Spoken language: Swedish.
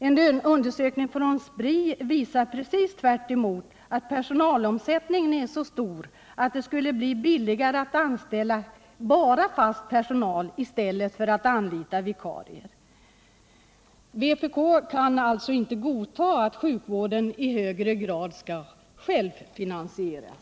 En undersökning av Spri visar tvärtom att personalomsättningen är så stor att det skulle bli billigare att anställa bara fast personal i stället för att anlita vikarier. Vpk kan alltså inte godta att sjukvården i högre grad självfinansieras. '